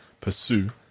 pursue